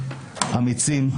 אמיצים,